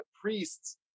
priests